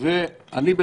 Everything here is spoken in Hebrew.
הנשאים/חולים היא